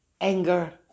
anger